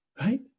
right